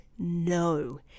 No